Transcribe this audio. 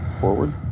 Forward